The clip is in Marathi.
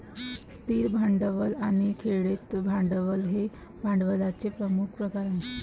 स्थिर भांडवल आणि खेळते भांडवल हे भांडवलाचे प्रमुख प्रकार आहेत